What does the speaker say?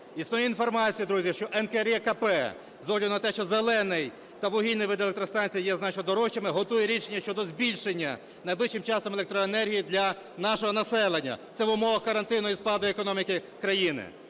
Із тої інформації, друзі, що НКРЕКП, з огляду на те, що "зелені" та вугільні види електростанцій є знано дорожчими, готує рішення щодо збільшення найближчим часом електроенергії для нашого населення це в умовах карантину і спаду економіки країни.